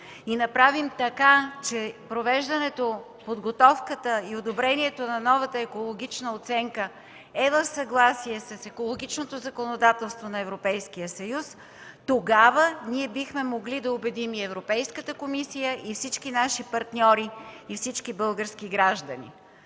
направим така, че провеждането, подготовката и одобрението на новата екологична оценка е в съгласие с екологичното законодателство на Европейския съюз, тогава бихме могли да убедим Европейската комисия, всички наши партньори и всички български граждани.